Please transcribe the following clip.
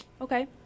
Okay